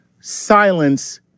silence